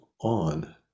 on